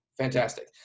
Fantastic